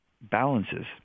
balances